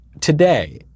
today